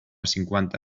cinquanta